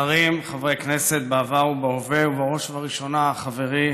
שרים, חברי כנסת בעבר ובהווה, ובראש ובראשונה חברי